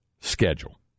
schedule